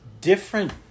different